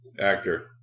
actor